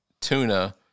tuna